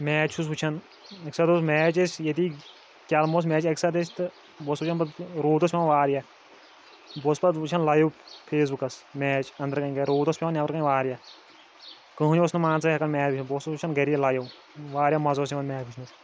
match چھُس وٕچھان اَکہِ ساتہٕ اوس میچ اَسہِ ییٚتی کٮ۪لمہٕ اوس میچ اَکہِ ساتہٕ اَسہِ تہٕ بہٕ اوسُس وٕچھان پَتہٕ روٗد اوس پٮ۪وان واریاہ بہٕ اوسُس پَتہٕ وچھان لایِو فیس بُکَس میچ أنٛدرٕ کَنہِ گَرِ روٗد اوس پٮ۪وان نیٚبرٕ کَنہِ واریاہ کٕہٕنۍ اوس نہٕ مان ژٕ ہٮ۪کان میچ بہٕ اوسُس وٕچھان گَری لایِو واریاہ مَزٕ اوس یِوان میچ وٕچھنَس